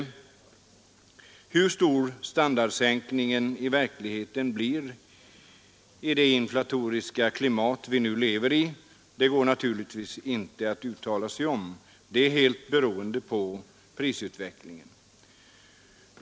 Hur stor standardsänkningen i verkligheten blir i det inflatoriska klimat vi nu lever i går naturligtvis inte att uttala sig om; det blir helt beroende av prisutvecklingen.